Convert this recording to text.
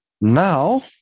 Now